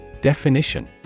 Definition